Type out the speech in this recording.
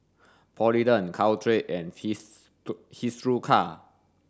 Polident Caltrate and Hiruscar